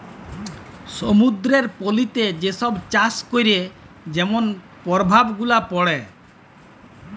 সমুদ্দুরের পলিতে যে ছব চাষ ক্যরে যেমল পরভাব গুলা পড়ে